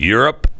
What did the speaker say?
Europe